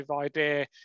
idea